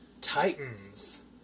Titans